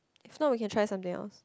if not we can try something else